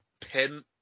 pin